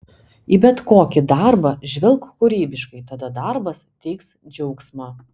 į bet kokį darbą žvelk kūrybiškai tada darbas teiks džiaugsmą